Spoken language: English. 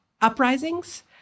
uprisings